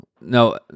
No